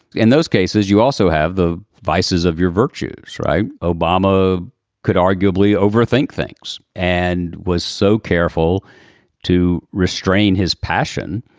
in those cases, you also have the vices of your virtues. right. obama could arguably overthink things and was so careful to restrain his passion.